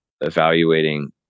evaluating